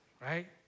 right